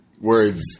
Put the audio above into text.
words